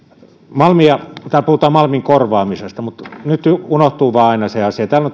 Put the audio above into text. täällä puhutaan malmin korvaamisesta mutta nyt vain unohtuu aina se asia täällä